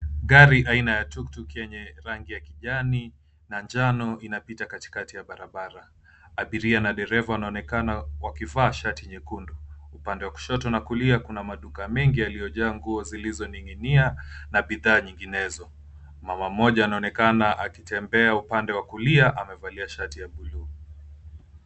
Gari aina ya tuktuk yenye rangi ya kijani na njano inapita katikati ya barabara. Abiria na dereva wanaonekana wakivaa shati nyekundu. Upande wa kushoto na kulia kuna maduka mengi yaliyojaa nguo zilizoning'inia na bidhaa nyinginezo. Mama mmoja anaonekana akitembea upande wa kulia amevalia shati ya buluu.